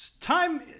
Time